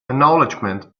acknowledgement